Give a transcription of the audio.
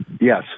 yes